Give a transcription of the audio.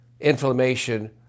inflammation